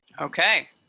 Okay